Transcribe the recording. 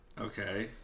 Okay